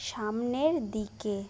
সামনের দিকে